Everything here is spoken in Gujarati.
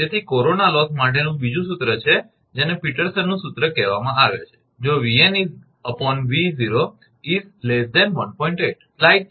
તેથી કોરોના લોસ માટેનું બીજું સૂત્ર છે જેને પીટરસનનું સૂત્ર કહેવામાં આવે છે જો 𝑉𝑛 𝑉0 1